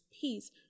peace